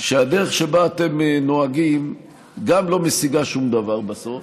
שהדרך שבה אתם נוהגים גם לא משיגה שום דבר בסוף,